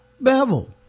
Bevel